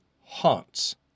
haunts